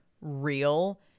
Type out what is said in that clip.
real